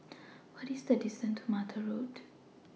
What IS The distance to Mattar Road